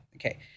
Okay